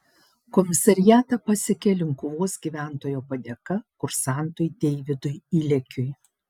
komisariatą pasiekė linkuvos gyventojo padėka kursantui deividui ilekiui